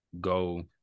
go